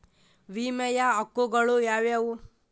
ವಿಮೆಯ ಹಕ್ಕುಗಳು ಯಾವ್ಯಾವು?